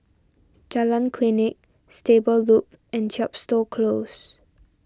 Jalan Klinik Stable Loop and Chepstow Close